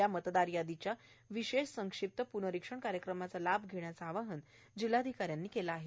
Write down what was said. या मतदार यादीच्या विशेष संक्षिप्त प्नरिक्षण कार्यक्रमाचा लाभ घेण्याचे आवाहन जिल्हाधिकारी अश्विन म्दगल यांनी केले आहे